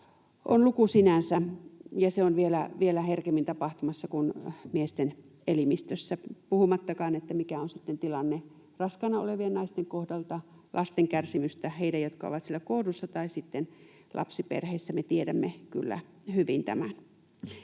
oma luku sinänsä, ja se on vielä herkemmin tapahtumassa kuin miesten elimistössä. Puhumattakaan siitä, mikä on sitten tilanne raskaana olevien naisten kohdalta — lasten kärsimystä, heidän, jotka ovat siellä kohdussa, tai sitten lapsiperheissä. Me tiedämme kyllä hyvin tämän.